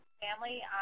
family